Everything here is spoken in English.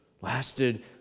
lasted